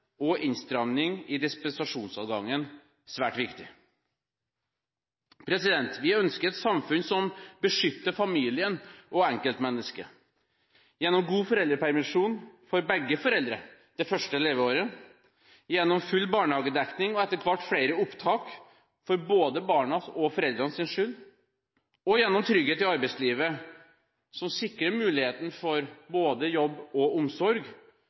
og innstramming i dispensasjonsadgangen – svært viktig. Vi ønsker et samfunn som beskytter familien og enkeltmennesket: gjennom god foreldrepermisjon for begge foreldre i barnets første leveår, gjennom full barnehagedekning og etter hvert flere opptak – for både barnas og foreldrenes skyld – og gjennom trygghet i arbeidslivet som sikrer muligheten for både jobb og omsorg.